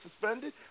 suspended